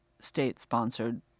state-sponsored